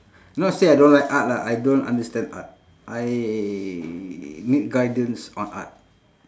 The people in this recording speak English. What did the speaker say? not say I don't like art lah I don't understand art I need guidance on art